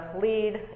lead